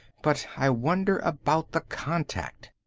but i wonder about the contact.